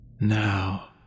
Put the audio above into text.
Now